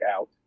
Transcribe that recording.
out